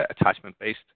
attachment-based